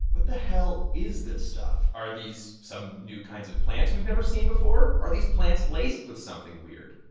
what the hell is this stuff? are these some new kinds of plants we've never seen before? are these plants laced with something weird?